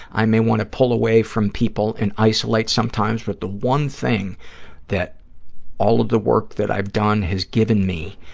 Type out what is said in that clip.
i may want to pull away from people and isolate sometimes, but the one thing that all of the work that i've done has given me,